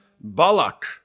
Balak